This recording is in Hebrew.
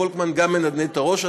פולקמן גם מנדנד את הראש.